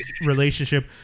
relationship